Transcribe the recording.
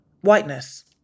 whiteness